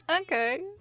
Okay